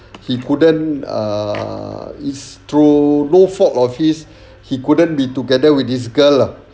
he couldn't err it's through no fault of his he couldn't be together with this girl lah